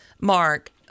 Mark